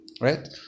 right